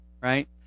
right